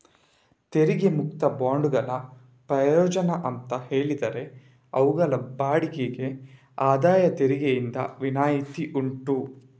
ತೆರಿಗೆ ಮುಕ್ತ ಬಾಂಡುಗಳ ಪ್ರಯೋಜನ ಅಂತ ಹೇಳಿದ್ರೆ ಅವುಗಳ ಬಡ್ಡಿಗೆ ಆದಾಯ ತೆರಿಗೆಯಿಂದ ವಿನಾಯಿತಿ ಉಂಟು